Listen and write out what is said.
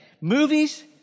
Movies